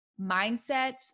Mindset